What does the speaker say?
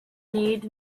need